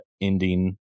ending